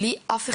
בלי אף אחד.